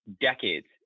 decades